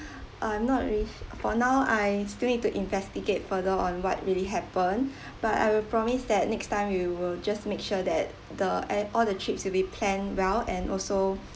I'm not really s~ for now I still need to investigate further on what really happened but I will promise that next time we will just make sure that the all the trips will be planned well and also